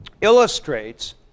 illustrates